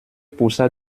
poussa